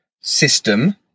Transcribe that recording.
system